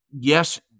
yes